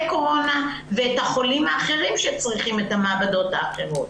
קורונה ואת החולים האחרים שצריכים את המעבדות האחרות.